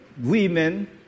women